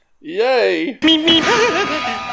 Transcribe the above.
Yay